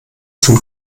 zum